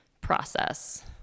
process